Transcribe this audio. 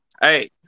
hey